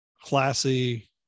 classy